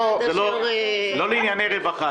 לא לענייני רווחה.